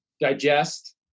digest